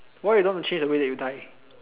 why you don't want to change the way that you die